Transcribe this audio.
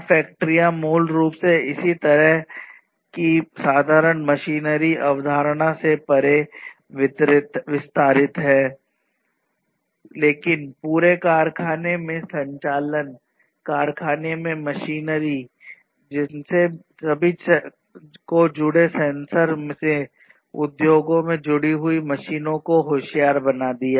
smart फैक्ट्रियां मूल रूप से इसी तरह की साधारण मशीनरी अवधारणा से परे विस्तारित हैं लेकिन पूरे कारखाने के संचालन कारखाने में मशीनरी जिनमें से सभी को जुड़े सेंसर से उद्योगों में जुड़ी हुई मशीनों को होशियार बना दिया